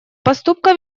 поступка